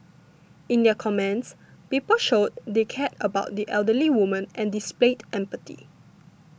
in their comments people showed they cared about the elderly woman and displayed empathy